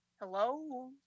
hello